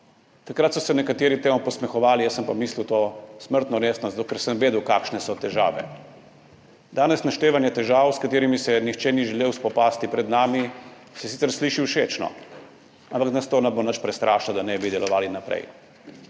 Takrat so se nekateri temu posmehovali, jaz sem pa mislil to smrtno resno zato, ker sem vedel kakšne so težave. Danes se naštevanje težav, s katerimi se nihče ni želel spopasti pred nami, sicer sliši všečno, ampak nas to ne bo nič prestrašilo, da ne bi delovali naprej.